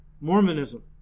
Mormonism